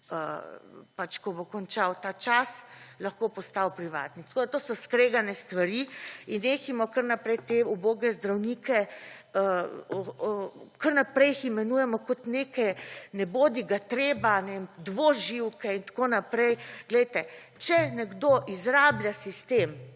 pač ko bo končal ta čas lahko postal privatnik. To so skregane stvari in nehajmo kar naprej te uboge zdravnike, kar naprej jih imenujemo kot neke ne bodiga treba, ne vem, dvoživke in tako naprej. Poglejte, če nekdo izrablja sistem